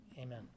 Amen